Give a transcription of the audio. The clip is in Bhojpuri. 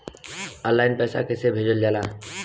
ऑनलाइन पैसा कैसे भेजल जाला?